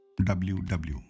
WW